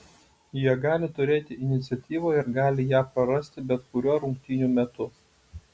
jie gali turėti iniciatyvą ir gali ją prarasti bet kuriuo rungtynių metu